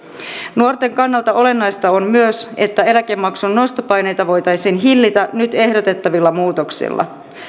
nuorten kannalta olennaista on myös että eläkemaksun nostopaineita voitaisiin hillitä nyt ehdotettavilla muutoksilla